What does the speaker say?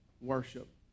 worship